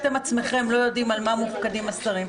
אתם עצמכם לא יודעים על מהם תפקידי השרים,